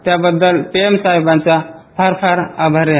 त्या बद्दल पियम साहेबांचा फार फार आभारी आहे